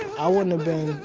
i wouldn't have been,